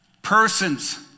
Persons